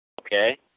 Okay